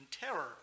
terror